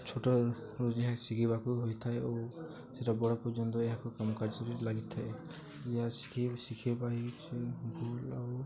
ଛୋଟ ଶିଖିବାକୁ ହୋଇଥାଏ ଓ ସେଇଟା ବଡ଼ ପର୍ଯ୍ୟନ୍ତ ଏହାକୁ କାମ କାର୍ଯ୍ୟରେ ଲାଗିଥାଏ ଏହା ଶିଖି ଶିଖାଇବା ହିଁ ଆଉ